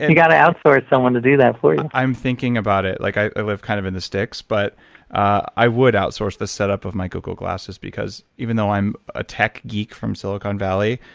and got to outsource someone to do that for you. i'm thinking about it. like i i live kind of in the sticks. but i would outsource the setup of my google glasses, because even though i'm a tech geek from silicon valley,